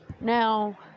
Now